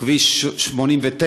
בכביש 89,